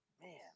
Man